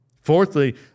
Fourthly